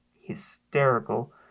hysterical